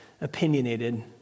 Opinionated